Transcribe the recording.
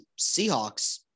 Seahawks